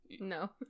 No